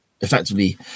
effectively